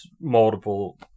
multiple